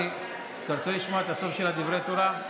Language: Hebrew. אתה רוצה לשמוע את הסוף של דברי התורה?